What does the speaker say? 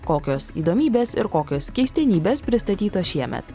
kokios įdomybės ir kokios keistenybės pristatytos šiemet